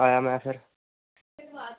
आं में फिर